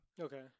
Okay